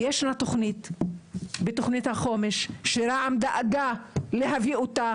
ישנה תוכנית בתוכנית החומש שרע"מ דאגה להביא אותה